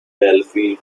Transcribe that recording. belfield